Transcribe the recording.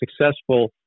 successful